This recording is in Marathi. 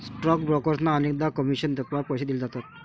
स्टॉक ब्रोकर्सना अनेकदा कमिशन तत्त्वावर पैसे दिले जातात